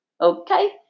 Okay